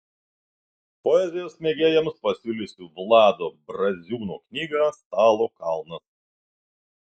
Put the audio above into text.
poezijos mėgėjams pasiūlysiu vlado braziūno knygą stalo kalnas